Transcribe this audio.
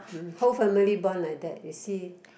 hmm whole family born like that you see